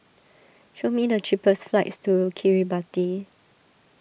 show me the cheapest flights to Kiribati